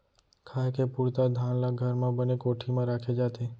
खाए के पुरता धान ल घर म बने कोठी म राखे जाथे